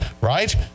Right